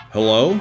Hello